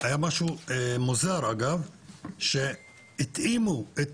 היה משהו מוזר שהתאימו את